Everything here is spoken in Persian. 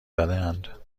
دادهاند